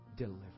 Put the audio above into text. Deliver